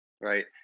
Right